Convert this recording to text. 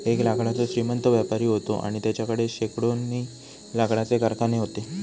एक लाकडाचो श्रीमंत व्यापारी व्हतो आणि तेच्याकडे शेकडोनी लाकडाचे कारखाने व्हते